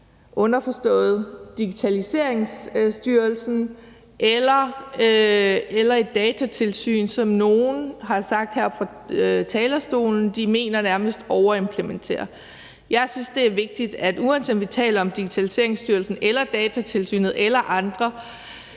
underforstået Digitaliseringsstyrelsen – eller et datatilsyn, som nogle har sagt her fra talerstolen at de mener nærmest overimplementerer. Jeg synes, at det er vigtigt, at uanset om vi taler om Digitaliseringsstyrelsen eller Datatilsynet eller andre,